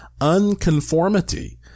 unconformity